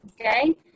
okay